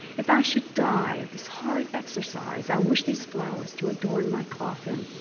if i should die of this horrid exercise, i wish these flowers to adorn my coffin.